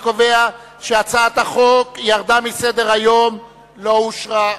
אני קובע שהצעת החוק ירדה מסדר-היום, לא אושרה.